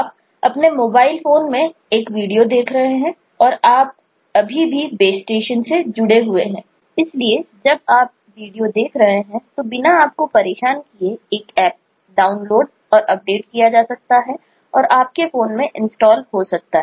आप अपने mobile phone में एक वीडियो देख रहे हैंआप अभी भी बेस स्टेशन से जुड़े हुए हैं इसलिए जब आप वीडियो देख रहे होते हैं तो बिना आपको परेशान किए एक ऐप डाउनलोड और अपडेट किया जा सकता है और आपके फोन में इंस्टॉल हो सकता है